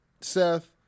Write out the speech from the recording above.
Seth